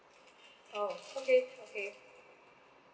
oh okay okay